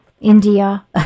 India